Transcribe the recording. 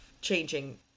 changing